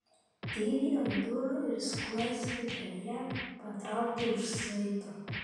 tyliai ant durų ir skląstį per ją patraukė už saito